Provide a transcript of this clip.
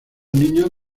niños